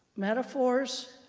metaphors,